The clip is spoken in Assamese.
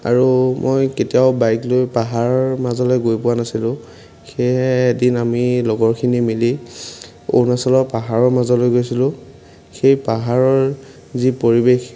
আৰু মই কেতিয়াও বাইক লৈ পাহাৰ মাজলৈ গৈ পোৱা নাছিলো সেয়েহে এদিন আমি লগৰখিনি মিলি অৰুণাচলৰ পাহাৰৰ মাজলৈ গৈছিলো সেই পাহাৰৰ যি পৰিৱেশ